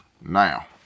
Now